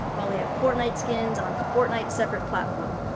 while we have fortnite skins on fortnite's separate platform.